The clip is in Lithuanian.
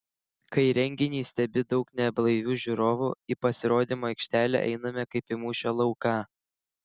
kai renginį stebi daug neblaivių žiūrovų į pasirodymo aikštelę einame kaip į mūšio lauką